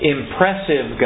Impressive